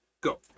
go